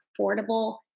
affordable